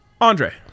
Andre